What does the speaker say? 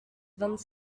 vingt